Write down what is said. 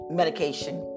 medication